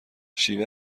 شیوه